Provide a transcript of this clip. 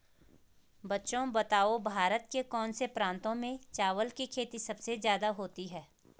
बच्चों बताओ भारत के कौन से प्रांतों में चावल की खेती सबसे ज्यादा होती है?